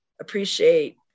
appreciate